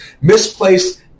misplaced